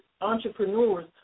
entrepreneurs